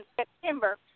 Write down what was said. September